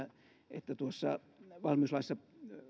että tuossa valmiuslaissa